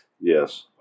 Yes